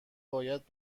باید